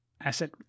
asset